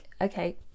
okay